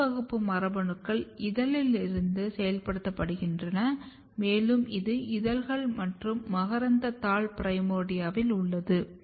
B வகுப்பு மரபணுக்கள் இதழிலிருந்து செயல்படுத்தப்படுகின்றன மேலும் இது இதழ்கள் மற்றும் மகரந்தத்தாள் பிரைமோர்டியாவில் உள்ளது